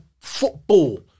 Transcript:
football